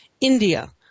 India